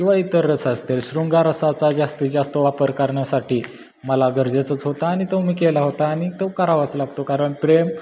किंवा इतर रस असतील शृंगाररसाचा जास्तीत जास्त वापर करण्यासाठी मला गरजेचंच होता आणि तो मी केला होता आणि तो करावाच लागतो कारण प्रेम